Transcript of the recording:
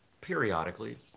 Periodically